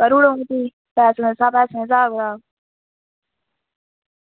करूड़ोंग फ्ही पैसे सा पैसें स्हाब कताब